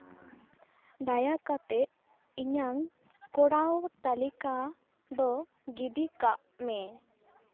ᱫᱟᱭᱟ ᱠᱟᱛᱮᱫ ᱤᱧᱟᱹᱝ ᱠᱚᱨᱟᱣ ᱛᱟᱹᱞᱤᱠᱟ ᱫᱚ ᱜᱤᱰᱤ ᱠᱟᱜ ᱢᱮ